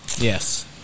Yes